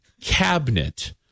cabinet